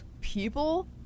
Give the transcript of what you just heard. People